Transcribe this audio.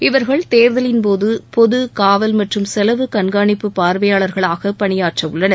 இவர்கள் தேர்தலின்போது பொது காவல் மற்றும் செலவு கண்காணிப்பு பார்வையாளர்களாக பணியாற்றவுள்ளனர்